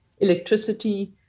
electricity